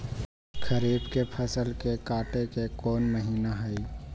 खरीफ के फसल के कटे के कोंन महिना हई?